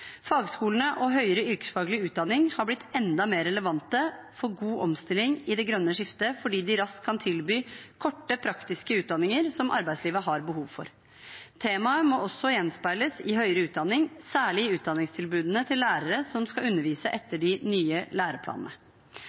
Fagskolene og høyere yrkesfaglig utdanning har blitt enda mer relevante for god omstilling til det grønne skiftet fordi de raskt kan tilby korte, praktiske utdanninger som arbeidslivet har behov for. Temaet må også gjenspeiles i høyere utdanning, særlig i utdanningstilbudene til lærere som skal undervise etter de nye læreplanene.